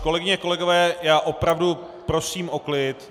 Kolegyně, kolegové, já opravdu prosím o klid.